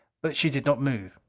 but she did not move.